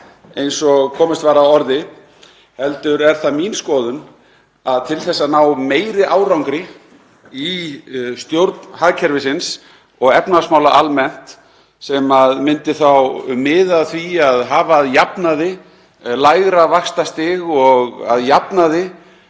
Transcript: eins og komist var að orði. Mín skoðun er að til þess að ná meiri árangri í stjórn hagkerfisins og efnahagsmála almennt, sem myndi þá miða að því að hafa að jafnaði lægra vaxtastig og að jafnaði